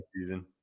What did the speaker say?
season